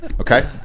Okay